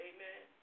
Amen